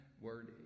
word